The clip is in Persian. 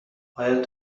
آیا